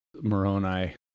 Moroni